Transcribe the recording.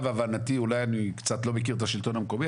אולי אני קצת לא מכיר את השלטון המקומי,